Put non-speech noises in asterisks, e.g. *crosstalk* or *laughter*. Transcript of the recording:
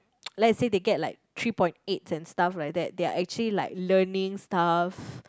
*noise* let's say they get like three point eight and stuff like that they're actually like learning stuff